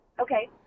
okay